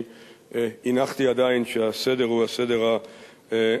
אני הנחתי עדיין שהסדר הוא הסדר הרגיל,